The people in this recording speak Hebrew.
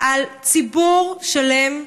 על ציבור שלם,